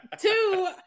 Two